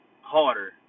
harder